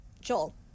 Joel